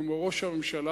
כמו ראש הממשלה,